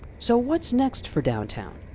so, what's next for downtown?